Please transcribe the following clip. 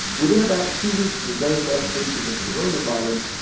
within about two weeks of the very first cases of coronavirus,